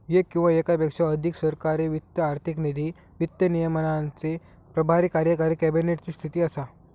येक किंवा येकापेक्षा अधिक सरकारी वित्त आर्थिक नीती, वित्त विनियमाचे प्रभारी कार्यकारी कॅबिनेट ची स्थिती असा